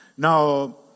Now